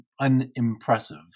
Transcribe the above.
unimpressive